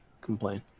complain